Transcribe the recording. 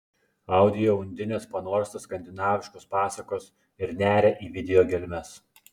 audio undinės panorsta skandinaviškos pasakos ir neria į video gelmes